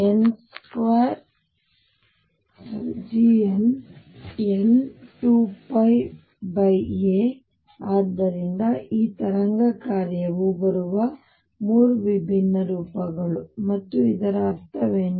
Gnn2πa ಆದ್ದರಿಂದ ಈ ತರಂಗ ಕಾರ್ಯವು ಬರುವ ಮೂರು ವಿಭಿನ್ನ ರೂಪಗಳು ಮತ್ತು ಇದರ ಅರ್ಥವೇನು